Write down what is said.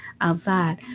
outside